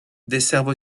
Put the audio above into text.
desservent